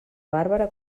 bàrbara